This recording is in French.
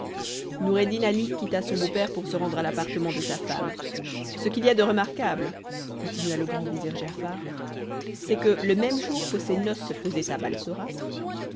noureddin ali quitta son beau-père pour se rendre à l'appartement de sa femme ce qu'il y a de remarquable continua le grand vizir giafar c'est que le même jour que ses noces se faisaient à